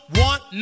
want